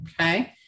Okay